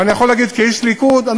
אבל אני יכול להגיד כאיש ליכוד: